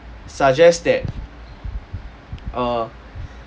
suggest that err